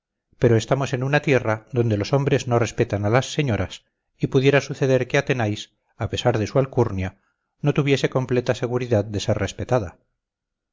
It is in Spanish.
pero estamos en una tierra donde los hombres no respetan a las señoras y pudiera suceder que athenais a pesar de su alcurnia no tuviese completa seguridad de ser respetada